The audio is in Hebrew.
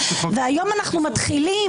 והיום אנחנו מתחילים